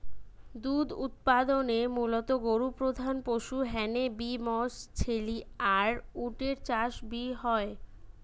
দুধ উতপাদনে মুলত গরু প্রধান পশু হ্যানে বি মশ, ছেলি আর উট এর চাষ বি হয়